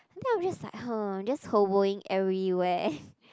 then I'm just like !huh! just hovering everywhere